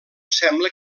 sembla